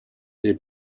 dei